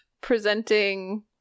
presenting